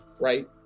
right